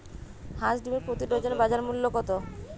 হাঁস ডিমের প্রতি ডজনে বাজার মূল্য কত?